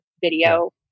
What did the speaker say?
video